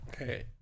Okay